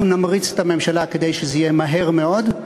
אנחנו נמריץ את הממשלה כדי שזה יהיה מהר מאוד.